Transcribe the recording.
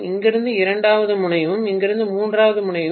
இங்கிருந்து இரண்டாவது முனையமும் இங்கிருந்து மூன்றாவது முனையமும்